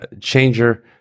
changer